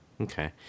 Okay